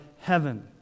heaven